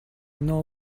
know